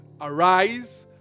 Arise